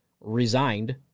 resigned